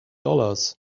dollars